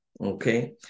okay